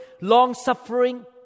long-suffering